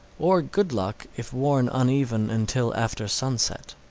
or good luck if worn uneven until after sunset.